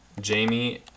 Jamie